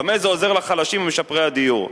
במה זה עוזר לחלשים ולמשפרי הדיור?